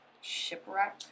Shipwreck